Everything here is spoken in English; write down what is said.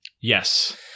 Yes